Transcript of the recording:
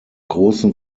großen